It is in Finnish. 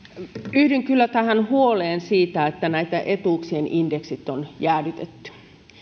yhdyn kyllä tähän huoleen siitä että näitten etuuksien indeksit on jäädytetty